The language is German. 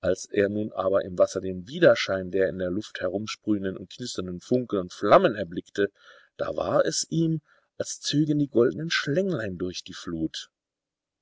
als er nun aber im wasser den widerschein der in der luft herumsprühenden und knisternden funken und flammen erblickte da war es ihm als zögen die goldnen schlänglein durch die flut